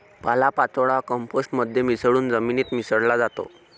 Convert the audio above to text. पालापाचोळा कंपोस्ट मध्ये मिसळून जमिनीत मिसळला जातो